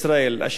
כבוד השר,